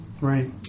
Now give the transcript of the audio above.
right